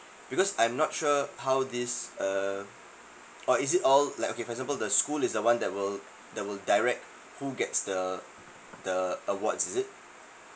because I'm not sure how this uh or is it all like okay for example the school is the one that will that will direct who gets the the awards is it